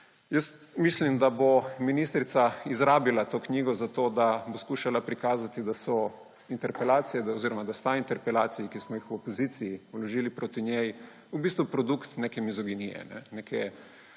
Mislim, da bo ministrica izrabila to knjigo, zato da bo skušala prikazati, da sta interpelaciji, ki smo ju v opoziciji vložili proti njej, v bistvu produkt neke mizoginije, neke